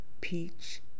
peach